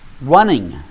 Running